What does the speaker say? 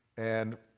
and